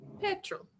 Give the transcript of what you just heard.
petrol